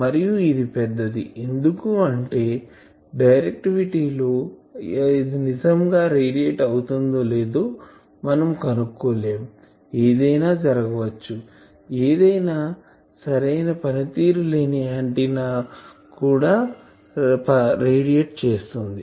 మరియు ఇది పెద్దది ఎందుకు అంటే డైరెక్టివిటీ లో అది నిజం గా రేడియేట్ అవుతుందో లేదో మనం కనుక్కోలేము ఏదైనా జరగవచ్చు ఏదైనా సరైన పనితీరు లేని ఆంటిన్నా కూడా రేడియేట్ చేస్తుంది